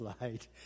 light